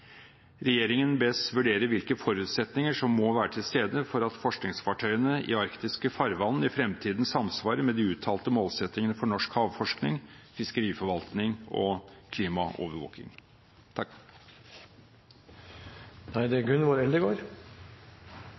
regjeringen vurdere hvilke forutsetninger som må være til stede for at forskningsfartøyene i arktiske farvann i fremtiden samsvarer med de uttalte målsettingene for norsk havforskning, fiskeriforvaltning, klimaovervåking og